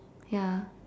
ya